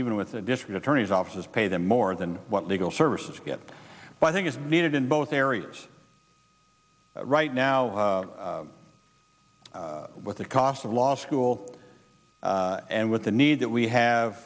even with the district attorney's office pay them more than what legal services get but i think is needed in both areas right now with the cost of law school and with the need that we have